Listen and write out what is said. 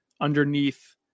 underneath